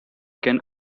can